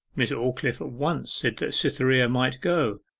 miss aldclyffe at once said that cytherea might go,